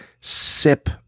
sip